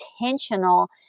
intentional